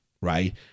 right